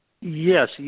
Yes